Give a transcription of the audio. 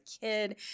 kid